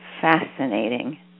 fascinating